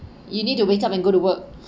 you need to wake up and go to work